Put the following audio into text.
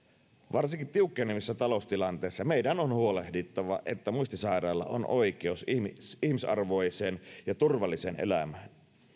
varsinkin tiukkenevassa taloustilanteessa meidän on huolehdittava että muistisairailla on oikeus ihmisarvoiseen ja turvalliseen elämään